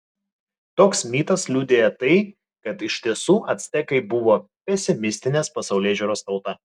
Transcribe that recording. toks mitas liudija tai kad iš tiesų actekai buvo pesimistinės pasaulėžiūros tauta